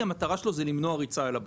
המטרה של ה-FDIC היא למנוע ריצה אל הבנק,